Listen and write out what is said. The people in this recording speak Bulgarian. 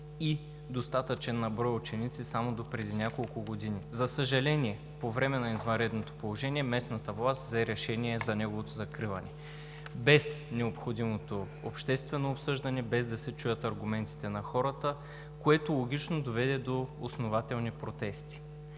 и достатъчен брой ученици само допреди няколко години. За съжаление, по време на извънредното положение местната власт взе решение за неговото закриване без необходимото обществено обсъждане, без да се чуят аргументите на хората, което логично доведе до основателни протести.